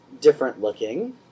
different-looking